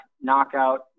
knockout